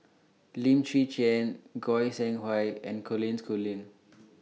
Lim Chwee Chian Goi Seng Hui and Colin Schooling